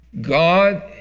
God